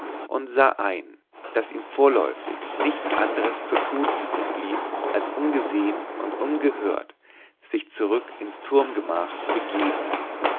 und sah ein daß ihm vorläufig nichts andres zu tun übrigblieb als ungesehen und ungehört sich zurück ins turmgemach zu begeben